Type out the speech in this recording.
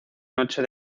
noche